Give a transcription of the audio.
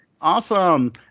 Awesome